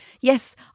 yes